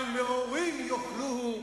על מרורים יאכלוהו,